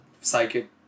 psychic